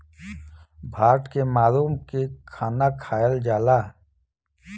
भात के माड़ो के खाना खायल जाला